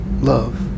love